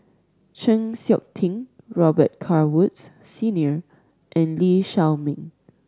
Chng Seok Tin Robet Carr Woods Senior and Lee Shao Meng